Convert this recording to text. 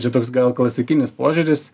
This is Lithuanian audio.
čia toks gal klasikinis požiūris